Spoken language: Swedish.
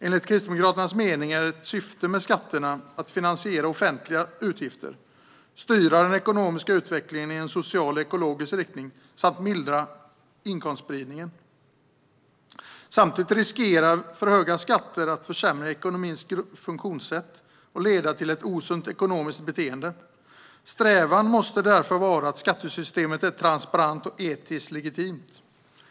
Enligt Kristdemokraternas mening är syftet med skatterna att finansiera offentliga utgifter, styra den ekonomiska utvecklingen i en social och ekologisk riktning samt mildra inkomstspridningen. Samtidigt riskerar för höga skatter att försämra ekonomins funktionssätt och leda till ett osunt ekonomiskt beteende. Strävan måste därför vara att skattesystemet är transparent och etiskt legitimt.